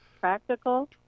practical